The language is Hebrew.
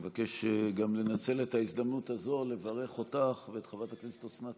אני מבקש גם לנצל את ההזדמנות הזאת ולברך אותך ואת חברת הכנסת אוסנת